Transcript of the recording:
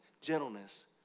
gentleness